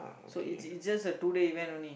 so it's it's just a two day event only